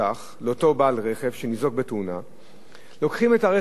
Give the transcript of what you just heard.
לאותו בעל רכב שניזוק בתאונה; לוקחים את הרכב הזה,